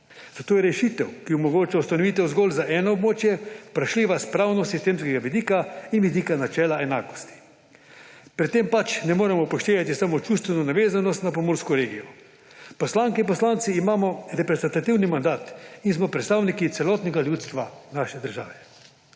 Zato je rešitev, ki omogoča ustanovitev zgolj za eno območje, vprašljiva s pravnosistemskega vidika in vidika načela enakosti. Pri tem pač ne moremo upoštevati samo čustvene navezanosti na pomursko regijo. Poslanke in poslanci imamo reprezentativni mandat in smo predstavniki celotnega ljudstva naše države.